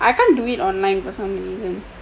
I can't do it online for some reason